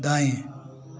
दाएं